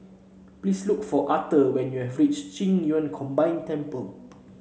please look for Authur when you have reach Qing Yun Combine Temple